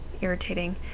irritating